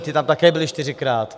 Ti tam také byli čtyřikrát.